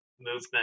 movement